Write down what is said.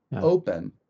open